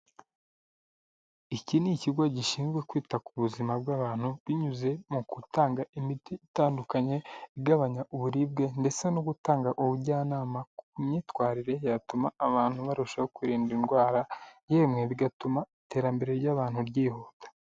Iki ni ikigo gishinzwe kwita ku buzima bw'abantu, binyuze mu gutanga imiti itandukanye igabanya uburibwe ndetse no gutanga ubujyanama ku myitwarire yatuma abantu barushaho kwirinda indwara, yemwe bigatuma iterambere ry'abantu ryihuta.